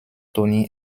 toni